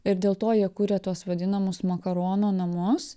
ir dėl to jie kuria tuos vadinamus makaronų namus